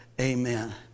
Amen